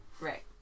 Right